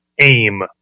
AIM